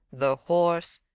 the horse,